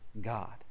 God